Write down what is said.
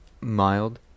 mild